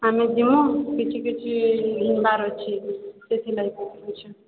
ଆମେ ଯିବୁଁ କିଛି କିଛି ଘିନିବାର୍ ଅଛି ସେଥିଲାଗି